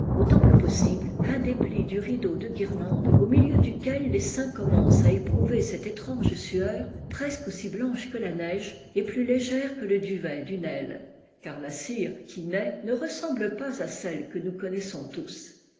autant que possible un des plis du rideau de guirlandes au milieu duquel l'essaim commence à éprouver celte étrange sueur presque aussi blanche que la neige et plus légère que le duvet d'une aile car la cire qui naît ne ressemble pas à celle que nous connaissons tous